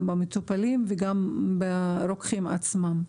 גם במטופלים וגם ברוקחים עצמם.